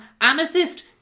Amethyst